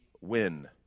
win